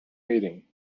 meeting